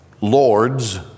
lords